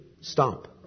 Stop